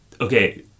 Okay